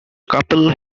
couple